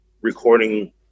recording